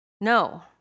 No